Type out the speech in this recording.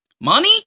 Money